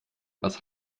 was